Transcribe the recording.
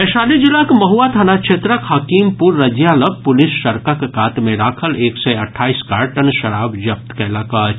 वैशाली जिलाक महुआ थाना क्षेत्रक हकीमपुर रजिया लऽग पुलिस सड़कक कात मे राखल एक सय अठाईस कार्टन शराब जब्त कयलक अछि